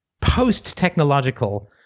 post-technological